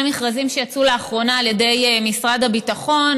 מכרזים שיצאו לאחרונה על ידי משרד הביטחון,